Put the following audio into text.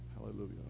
Hallelujah